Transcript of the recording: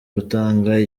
gutanga